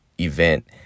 event